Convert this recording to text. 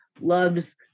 loves